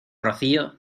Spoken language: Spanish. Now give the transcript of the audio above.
rocío